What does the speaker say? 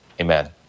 Amen